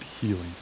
healing